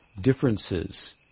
differences